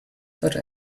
thought